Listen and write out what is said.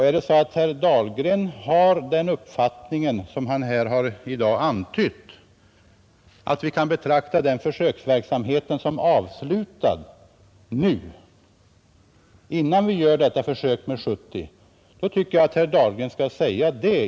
Är det så att herr Dahlgren har den uppfattning som han här i dag har antytt, att vi kan betrakta den försöksverksamheten avslutad nu, innan vi gör detta försök med 70, tycker jag herr Dahlgren skall säga det.